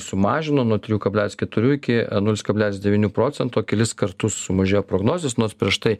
sumažino nuo trijų kablelis keturių iki nulis kablelis devynių procento kelis kartus sumažėjo prognozės nors prieš tai